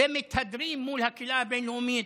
ומתהדרים מול הקהילה הבין-לאומית,